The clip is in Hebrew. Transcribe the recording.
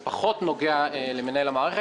זה פחות נוגע למנהל המערכת.